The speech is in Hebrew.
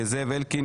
זאב אלקין,